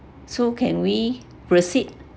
so can we proceed